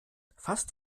fast